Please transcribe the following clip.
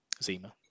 Zima